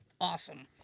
Awesome